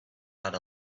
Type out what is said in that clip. had